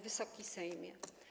Wysoki Sejmie!